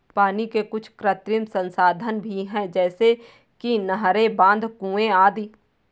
पानी के कुछ कृत्रिम संसाधन भी हैं जैसे कि नहरें, बांध, कुएं आदि